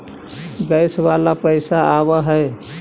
Gas वाला पैसा आव है?